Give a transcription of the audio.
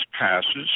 passes